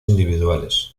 individuales